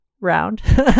round